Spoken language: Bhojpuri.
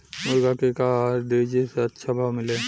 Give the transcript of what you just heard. मुर्गा के का आहार दी जे से अच्छा भाव मिले?